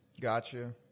Gotcha